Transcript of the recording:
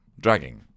Dragging